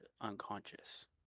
unconscious